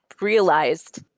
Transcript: realized